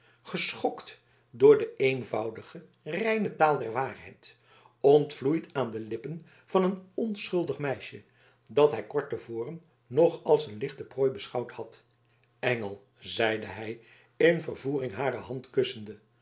geschokt door de eenvoudige reine taal der waarheid ontvloeid aan de lippen van een onschuldig meisje dat hij kort te voren nog als een lichte prooi beschouwd had engel zeide hij in vervoering hare hand kussende